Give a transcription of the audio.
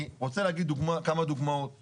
אני רוצה להגיד כמה דוגמאות קטנות.